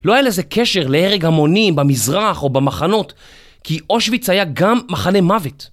לא היה לזה קשר להרג המונים במזרח או במחנות כי אושוויץ היה גם מחנה מוות.